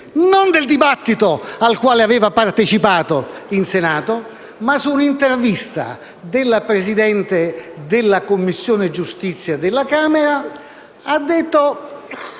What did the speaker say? del dibattito a cui aveva partecipato in Senato, ma su un'intervista della Presidente della Commissione giustizia della Camera dei